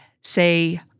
say